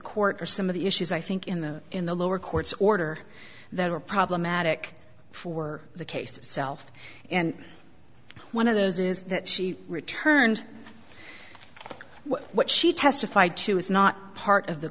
court are some of the issues i think in the in the lower courts order that were problematic for the case itself and one of those is that she returned what she testified to is not part of the